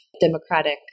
democratic